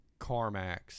CarMax